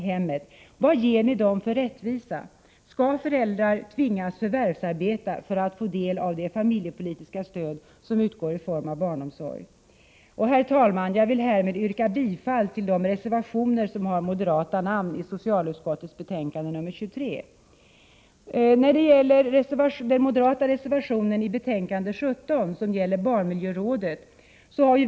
Jag vill härmed yrka bifall till de reservationer vid socialutskottets betänkande nr 23 som har moderata namn. Den moderata reservationen vid betänkande 17 gäller barnmiljörådet.